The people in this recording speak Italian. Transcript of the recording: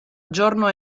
giorno